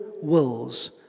wills